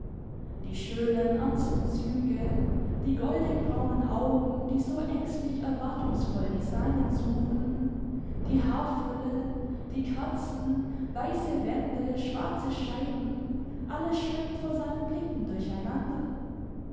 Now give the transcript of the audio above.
die schönen ernsten züge die goldigbraunen augen die so ängstlich erwartungsvoll die seinen suchen die haarfülle die kerzen weiße wände schwarze scheiben alles schwimmt vor seinen blicken durcheinander